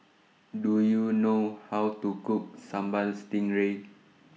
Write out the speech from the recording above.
Do YOU know How to Cook Sambal Stingray